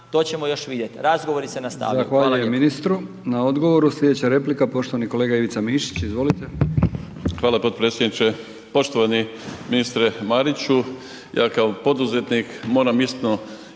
to ćemo još vidjet. Razgovori se nastavljaju.